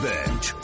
Bench